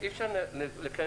בעיקר בהתחשב